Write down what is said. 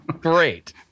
Great